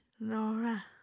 Laura